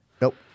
Nope